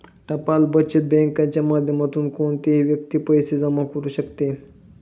टपाल बचत बँकेच्या माध्यमातून कोणतीही व्यक्ती पैसे जमा करू शकते